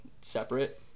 separate